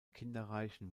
kinderreichen